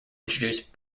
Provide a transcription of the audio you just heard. introduce